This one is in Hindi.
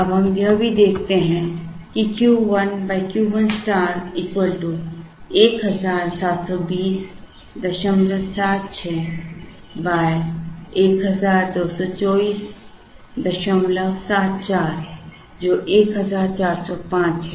अब हम यह भी देखते हैं कि Q 1 Q 1 स्टार 172076 122474 जो 1405 है